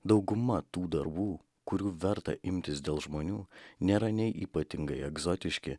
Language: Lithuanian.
dauguma tų darbų kurių verta imtis dėl žmonių nėra nei ypatingai egzotiški